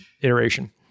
iteration